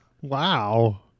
Wow